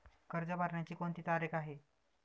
कर्ज भरण्याची कोणती तारीख आहे?